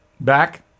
Back